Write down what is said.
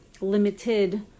limited